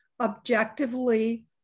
objectively